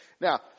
Now